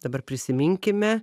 dabar prisiminkime